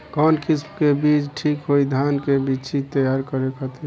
कवन किस्म के बीज ठीक होई धान के बिछी तैयार करे खातिर?